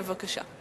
בבקשה.